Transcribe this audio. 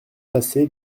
placé